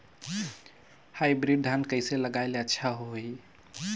Hybrid धान कइसे लगाय ले अच्छा होही?